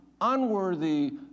unworthy